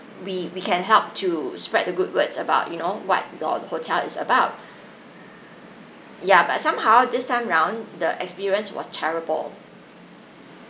we we can help to spread the good words about you know what your hotel is about ya but somehow this time round the experience was terrible